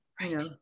Right